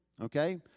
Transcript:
Okay